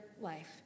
life